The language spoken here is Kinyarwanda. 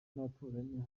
n’abaturanyi